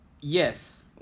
Yes